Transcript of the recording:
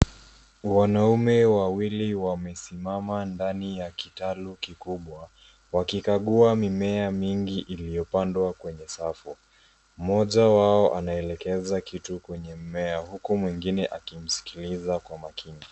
Wanaume wawili wamesimama ndani ya kitalu kikubwa wakikagua mimea mingi iliyopandwa kwenye safu. Mmoja wao anaelekeza kitu kwenye mmea huku mwingine akimskiliza kwa makini.